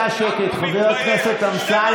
לא מתבייש.